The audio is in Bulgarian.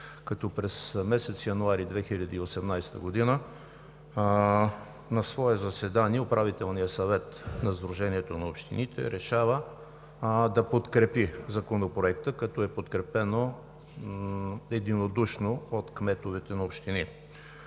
като през месец януари 2018 г. на свое заседание Управителният съвет на Сдружението на общините решава да подкрепи Законопроекта, като е подкрепен единодушно от кметовете на общините.